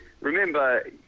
Remember